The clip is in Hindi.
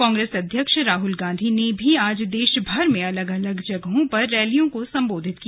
कांग्रेस अध्यक्ष राहुल गांधी ने भी आज देशभर में अलग अलग जगहों पर रैलियों को संबोधित किया